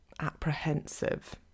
apprehensive